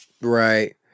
Right